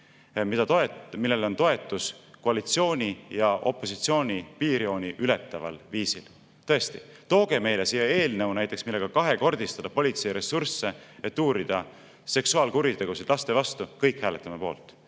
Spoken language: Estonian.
millele on koalitsiooni ja opositsiooni piirjooni ületav toetus. Tõesti, tooge meile siia eelnõu, millega näiteks kahekordistataks politsei ressursse, et uurida seksuaalkuritegusid laste vastu. Kõik hääletame poolt.